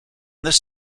this